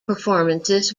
performances